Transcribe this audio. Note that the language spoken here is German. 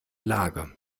lage